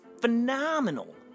phenomenal